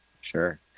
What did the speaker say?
Sure